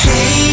Hey